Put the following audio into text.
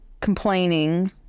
complaining